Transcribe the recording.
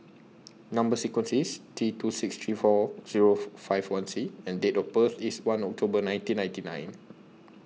Number sequence IS T two six three four Zero four five one C and Date of birth IS one October nineteen ninety nine